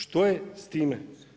Što je s time?